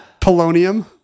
polonium